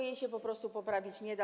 Jej się po prostu poprawić nie da.